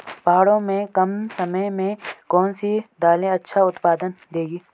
पहाड़ों में कम समय में कौन सी दालें अच्छा उत्पादन देंगी?